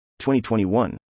2021